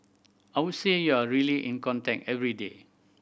I would say you are really in contact every day